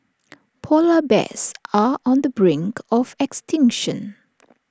Polar Bears are on the brink of extinction